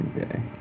Okay